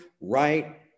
right